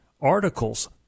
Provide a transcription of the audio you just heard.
articles